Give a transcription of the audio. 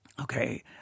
okay